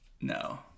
No